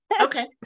okay